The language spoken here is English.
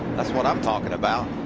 that's what i'm talking about.